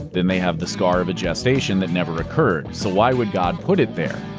then they have the scar of a gestation that never occurred, so why would god put it there?